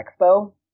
Expo